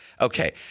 Okay